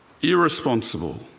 irresponsible